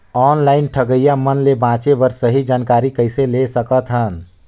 Online ठगईया मन ले बांचें बर सही जानकारी कइसे ले सकत हन?